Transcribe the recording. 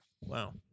Wow